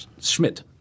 Schmidt